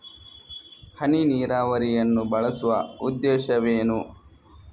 ಹನಿ ನೀರಾವರಿಯನ್ನು ಬಳಸುವ ಉದ್ದೇಶವೇನು?